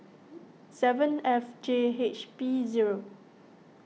seven F J H P zero